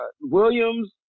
Williams